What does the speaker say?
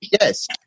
yes